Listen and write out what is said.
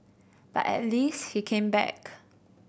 but at least he came back